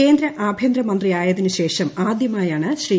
കേന്ദ്ര ആഭ്യന്തര മന്ത്രിയായതിന് ശേഷം ആദൃമായാണ് ശ്രീ